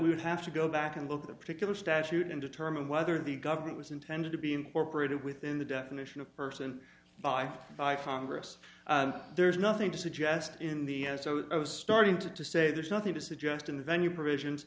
we would have to go back and look at a particular statute and determine whether the government was intended to be incorporated within the definition of person by five congress there's nothing to suggest in the so i was starting to say there's nothing to suggest in the venue provisions